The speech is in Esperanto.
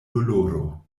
doloro